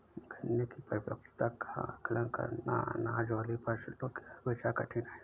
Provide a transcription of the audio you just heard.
गन्ने की परिपक्वता का आंकलन करना, अनाज वाली फसलों की अपेक्षा कठिन है